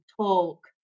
talk